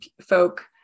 folk